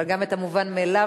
אבל גם את המובן מאליו,